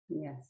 Yes